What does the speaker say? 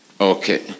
Okay